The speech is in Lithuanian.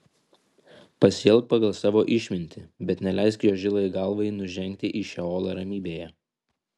pasielk pagal savo išmintį bet neleisk jo žilai galvai nužengti į šeolą ramybėje